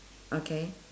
okay